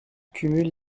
cumule